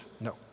No